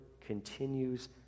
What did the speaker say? continues